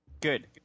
Good